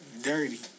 Dirty